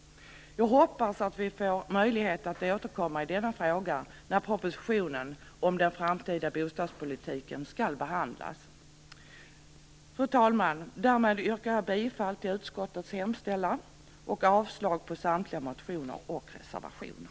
Jag hoppas att vi får möjlighet att återkomma i denna fråga när propositionen om den framtida bostadspolitiken skall behandlas. Fru talman! Jag yrkar därmed bifall till utskottets hemställan och avslag på samtliga motioner och reservationer.